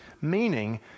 Meaning